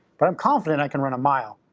but i'm confident i can run a mile.